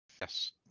Yes